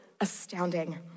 astounding